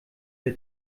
der